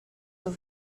for